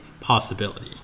possibility